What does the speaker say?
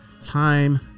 time